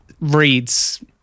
reads